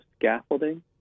scaffolding